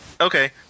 Okay